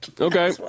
Okay